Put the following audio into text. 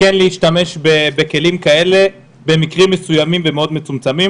להשתמש בכלים כאלה במקרים מסוימים ומאוד מצומצמים.